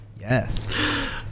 Yes